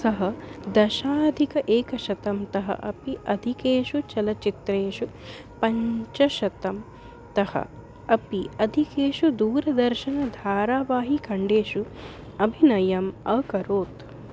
सः दशाधिक एकशतं तः अपि अधिकेषु चलचित्रेषु पञ्चशतं तः अपि अधिकेषु दूरदर्शनधाराबहिखण्डेषु अभिनयम् अकरोत्